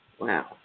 Wow